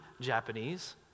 Japanese